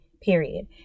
period